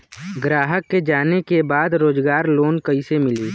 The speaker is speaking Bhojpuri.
ग्राहक के जाने के बा रोजगार लोन कईसे मिली?